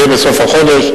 זה יהיה בסוף החודש.